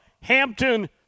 Hampton